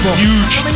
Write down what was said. huge